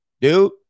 Dude